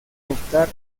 optar